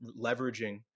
leveraging